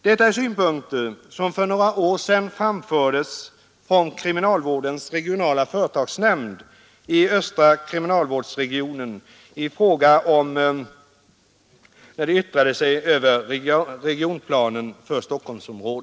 Detta är synpunkter som för några år sedan framfördes från kriminalvårdens regionala företagsnämnd i östra kriminalvårdsregionen i samband med att den yttrade sig över regionplanen för Stockholmsområdet.